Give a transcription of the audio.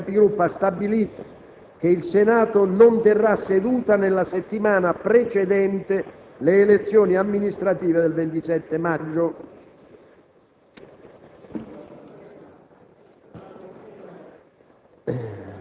Infine, la Conferenza dei Capigruppo ha stabilito che il Senato non terrà seduta nella settimana precedente le elezioni amministrative del 27 maggio.